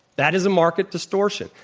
that is a market distortion.